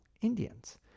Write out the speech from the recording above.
indians